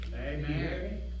Amen